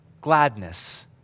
gladness